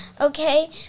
Okay